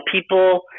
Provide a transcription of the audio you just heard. people